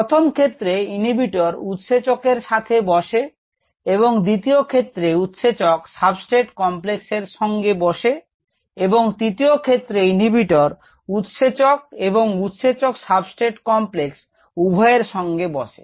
প্রথম ক্ষেত্রে ইনহিবিটর উৎসেচক এর সঙ্গে বসে এবং দ্বিতীয় ক্ষেত্রে উৎসেচক সাবস্ট্রেট কমপ্লেক্সের সঙ্গে বসে এবং তৃতীয় ক্ষেত্রে ইনহিবিটর উৎসেচক এবং উৎসেচক সাবস্ট্রেট কমপ্লেক্স উভয় এর সঙ্গে বসে